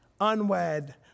unwed